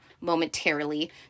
momentarily